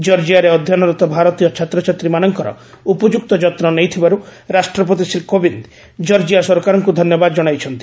ଜର୍ଜିଆରେ ଅଧ୍ୟୟନରତ ଭାରତୀୟ ଛାତ୍ରଛାତ୍ରୀମାନଙ୍କର ଉପଯୁକ୍ତ ଯତ୍ନ ନେଇଥିବାରୁ ରାଷ୍ଟ୍ରପତି ଶ୍ରୀ କୋବିନ୍ଦ ଜର୍ଜିଆ ସରକାରଙ୍କୁ ଧନ୍ୟବାଦ ଜଣାଇଛନ୍ତି